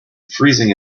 freezing